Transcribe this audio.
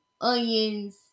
onions